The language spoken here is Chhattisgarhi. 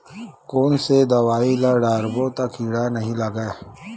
कोन से दवाई ल डारबो त कीड़ा नहीं लगय?